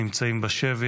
נמצאים בשבי.